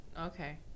okay